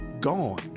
gone